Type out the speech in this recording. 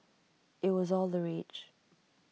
IT was all the rage